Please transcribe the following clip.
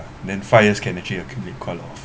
then five years can achieve accumulate quite a lot of